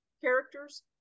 characters